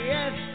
Yes